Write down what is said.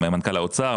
של מנכ"ל האוצר,